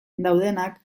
daudenak